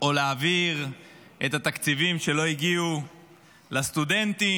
או להעביר את התקציבים שלא הגיעו לסטודנטים,